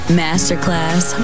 masterclass